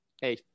Hey